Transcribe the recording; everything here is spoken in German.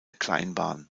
kleinbahn